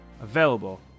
available